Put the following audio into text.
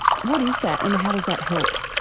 what is that and how does that help?